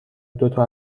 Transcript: دوتا